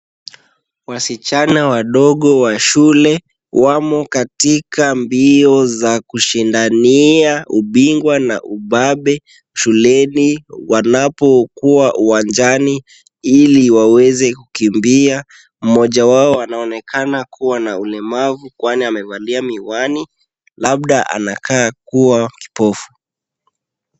Wasichana wadogo wa shule wamo katika mbio za kushindania ubingwa na ubabe shuleni, wanapokuwa uwanjani ili waweze kukimbia. Mmoja wao anaonekana kuwa na ulemavu kwani amevalia miwani, labda anakaa kuwa kipofu.